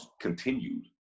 continued